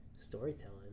Storytelling